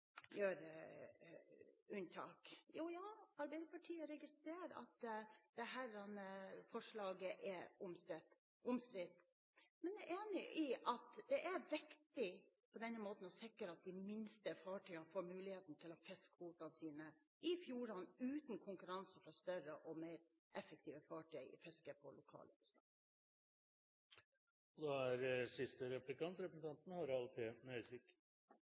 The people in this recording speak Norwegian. unntak. Ja, Arbeiderpartiet registrerer at dette forslaget er omstridt, men vi er enig i at det er viktig å sikre at de minste fartøyene får muligheten til å fiske kvotene sine i fjordene på denne måten, uten konkurranse fra større og mer effektive fartøy i fisket på lokale bestander. Jeg skal gi representanten